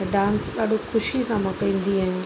त डांस ॾाढो ख़ुशीअ सां मां कंदी आहियां